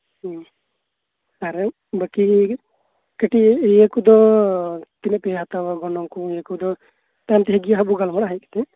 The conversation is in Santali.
ᱦᱮᱸ ᱟᱨ ᱵᱟᱠᱤ ᱠᱟᱹᱴᱤᱡ ᱤᱭᱟᱹ ᱠᱚᱫᱚ ᱛᱤᱱᱟᱹᱜ ᱯᱮ ᱦᱟᱛᱟᱣᱟ ᱜᱚᱱᱚᱝ ᱠᱚ ᱤᱭᱟᱹ ᱠᱚᱫᱚ ᱛᱟᱭᱚᱢ ᱛᱮ ᱦᱟᱸᱜ ᱵᱚᱱ ᱜᱟᱞᱢᱟᱨᱟᱜᱼᱟ ᱦᱮᱡ ᱠᱟᱛᱮᱫ